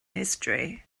history